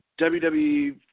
WWE